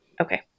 Okay